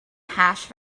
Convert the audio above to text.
hash